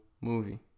movie